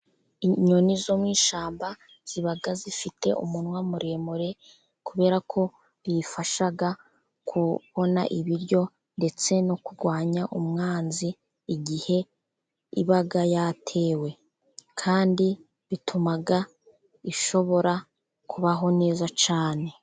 Inyoni zo mu ishyamba ziba zifite umunwa muremure kubera ko biyifasha kubona ibiryo, ndetse no kurwanya umwanzi igihe iba yatewe kandi bituma ishobora kubaho neza cyane.